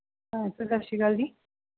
sir ਸਤਿ ਸ਼੍ਰੀ ਅਕਾਲ ਜੀ